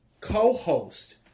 co-host